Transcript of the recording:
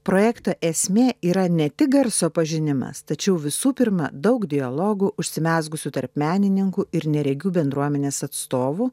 projekto esmė yra ne tik garso pažinimas tačiau visų pirma daug dialogų užsimezgusių tarp menininkų ir neregių bendruomenės atstovų